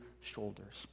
shoulders